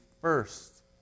first